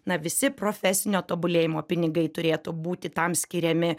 na visi profesinio tobulėjimo pinigai turėtų būti tam skiriami